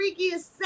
freakiest